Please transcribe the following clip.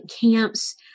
camps